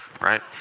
right